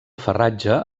farratge